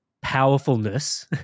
powerfulness